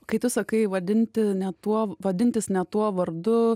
kai tu sakai vadinti ne tuo vadintis ne tuo vardu